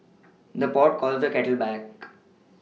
the pot calls the kettle black